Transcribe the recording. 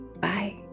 Bye